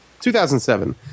2007